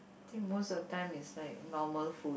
think most of time is like normal food